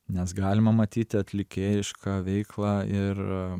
nes galima matyti atlikėjišką veiklą ir